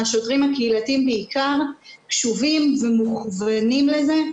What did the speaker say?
השוטרים הקהילתיים בעיקר קשובים ומוכוונים לזה.